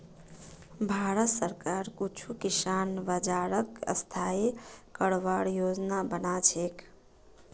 भारत सरकार कुछू किसान बाज़ारक स्थाई करवार योजना बना छेक